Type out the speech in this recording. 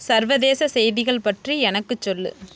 சர்வதேச செய்திகள் பற்றி எனக்குச் சொல்